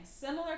similar